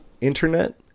internet